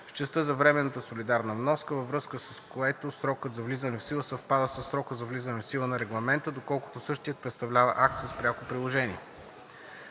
в частта за временната солидарна вноска, във връзка с което срокът за влизане в сила съвпада със срока за влизане в сила на Регламента, доколкото същият представлява акт с пряко приложение.